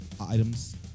items